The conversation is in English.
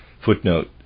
Footnote